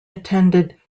attended